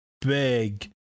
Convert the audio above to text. big